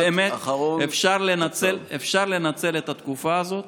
באמת אפשר לנצל את התקופה הזאת